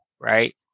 right